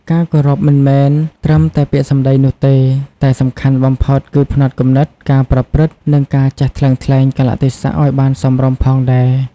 ការគោរពមិនមែនត្រឹមតែពាក្យសម្ដីនោះទេ តែសំខាន់បំផុតគឺផ្នត់គំនិត ការប្រព្រឹត្ត និងការចេះថ្លឹងថ្លែងកាលៈទេសៈឲ្យបានសមរម្យផងដែរ។